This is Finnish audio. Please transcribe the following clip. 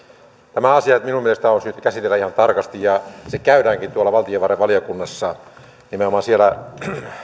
nämä asiat minun mielestäni on syytä käsitellä ihan tarkasti ja ne käydäänkin valtiovarainvaliokunnassa nimenomaan siellä